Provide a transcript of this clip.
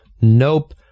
Nope